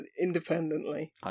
Independently